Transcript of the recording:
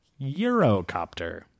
Eurocopter